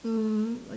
mm